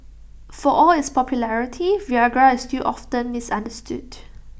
for all its popularity Viagra is still often misunderstood